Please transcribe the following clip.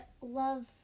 love